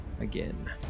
again